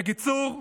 בקיצור,